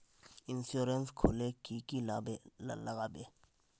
Insurance खोले की की लगाबे?